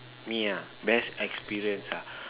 me ah best experience ah